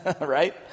right